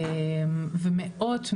ומאות,